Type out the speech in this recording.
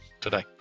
today